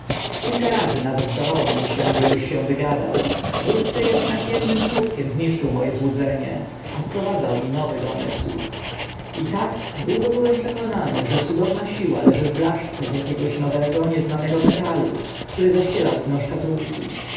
kilka razy nawet zdawało mi się że uż się wygadał wkrótce ednym słówkiem niszczył mo e złudzenie a wprowadzał na nowy domysł i tak długo byłem przekonany że cudowna siła leży w blaszce z akiegoś nowego nieznanego metalu który zaścielał dno szkatułki